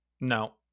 No